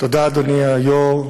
תודה, אדוני היושב-ראש.